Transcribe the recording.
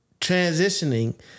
transitioning